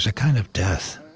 ah kind of death.